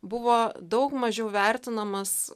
buvo daug mažiau vertinamas